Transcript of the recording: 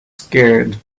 scared